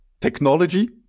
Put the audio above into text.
technology